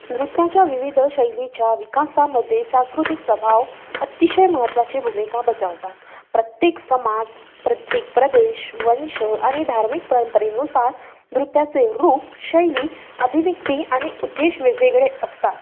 नृत्याच्या विविध शैलीच्या विकासामध्ये सांस्कृतिक प्रभाव अतिशय महत्त्वाची भूमिका बजावतात प्रत्येक समाज प्रत्येक प्रदेश वंश आणि धार्मिक परंपरेनुसार नृत्याचे रूप शैली अभिव्यक्ती आणि उद्देश वेगवेगळे असतात